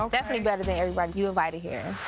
um definitely better than everybody you invited here.